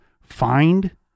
find